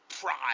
pride